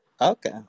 Okay